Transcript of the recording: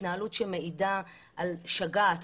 התנהלות שמעידה על שגעת,